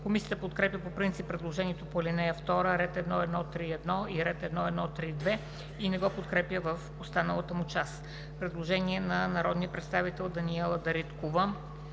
Комисията подкрепя по принцип предложението по ал. 2, ред 1.1.3.1 и ред 1.1.3.2 и не го подкрепя в останалата му част. Предложение на народния представител Даниела Дариткова.